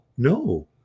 No